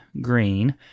Green